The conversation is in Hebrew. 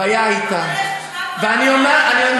הבעיה הייתה, אבל יש משמעת קואליציונית.